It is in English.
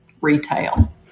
retail